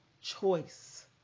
choice